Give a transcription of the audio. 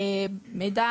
מידע